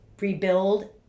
rebuild